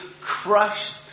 crushed